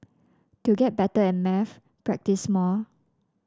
to get better at maths practise more